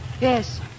Yes